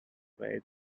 weighs